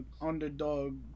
underdog